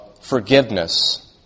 forgiveness